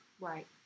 right